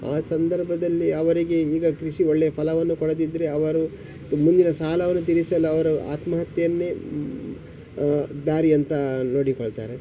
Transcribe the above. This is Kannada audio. ಆ ಸಂದರ್ಭದಲ್ಲಿ ಅವರಿಗೆ ಈಗ ಕೃಷಿ ಒಳ್ಳೆಯ ಫಲವನ್ನು ಕೊಡದಿದ್ದರೆ ಅವರು ಮುಂದಿನ ಸಾಲವನ್ನು ತೀರಿಸಲು ಅವರು ಆತ್ಮಹತ್ಯೆಯನ್ನೇ ದಾರಿ ಅಂತ ನೋಡಿಕೊಳ್ತಾರೆ